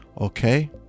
okay